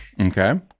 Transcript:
Okay